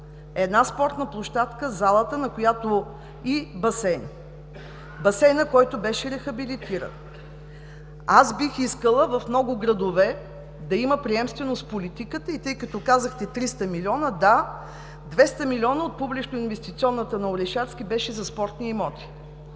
една спортна площадка, залата и басейнът. Басейнът беше рехабилитиран. Бих искала в много градове да има приемственост в политиката. Тъй като казахте 300 милиона, да, 200 милиона от Публично-инвестиционната програма на Орешарски беше за спортни имоти.